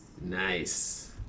Nice